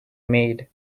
maid